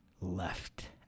left